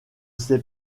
sait